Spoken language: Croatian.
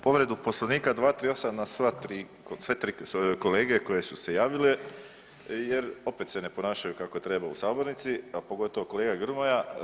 Povredu Poslovnika 238. kod sve tri kolege koje su se javile jer opet se ne ponašaju kako treba u sabornici, a pogotovo kolega Grmoja.